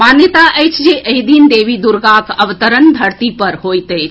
मान्यता अछि जे एहि दिन देवी दुर्गाक अवतरण धरती पर होईत अछि